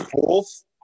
fourth